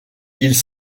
ils